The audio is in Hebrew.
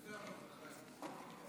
תודה רבה, אדוני